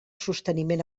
sosteniment